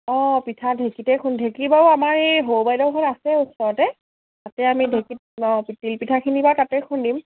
অঁ পিঠা ঢেঁকীতে ঢেঁকী বাৰু আমাৰ এই সৰু বাইদেউৰ ঘৰত আছে ওচৰতে তাতে আমি ঢেঁকী অঁ তিলপিঠাখিনি বাৰু তাতে খুন্দিম